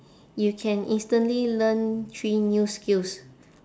you can instantly learn three new skills